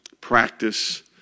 practice